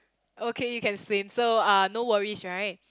okay you can swim so uh no worries right